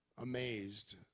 amazed